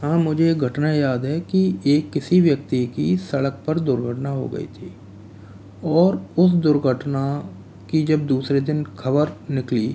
हाँ मुझे एक घटना याद है कि एक किसी व्यक्ती की सड़क पर दुर्घटना हो गई थी और उस दुर्घटना की जब दूसरे दिन खबर निकली